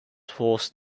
forced